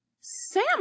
Sam